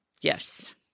Yes